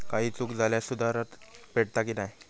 काही चूक झाल्यास सुधारक भेटता की नाय?